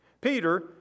Peter